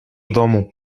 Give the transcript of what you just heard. domu